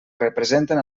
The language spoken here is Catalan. representen